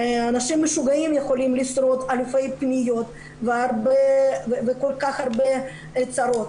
אנשים משוגעים שיכולים לשרוד אלפי פניות וכל כך הרבה צרות.